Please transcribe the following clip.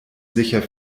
sicher